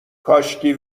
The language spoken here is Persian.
کاشکی